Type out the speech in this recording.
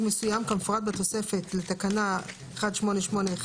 מסוים כמפורט בתוספת לתקנה 1881/2006,